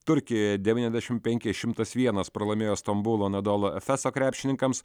turkijoje devyniasdešim penki šimtas vienas pralaimėjo stambulo anadolu efeso krepšininkams